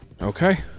Okay